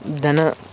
ದನ